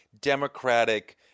Democratic